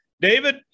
David